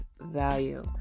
value